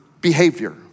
behavior